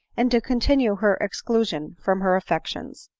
and to continue her exclusion from her affections.